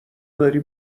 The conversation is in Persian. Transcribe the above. داری